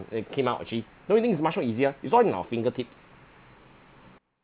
and it came out actually don't you think it's much more easier it's all in our fingertip